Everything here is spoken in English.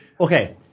okay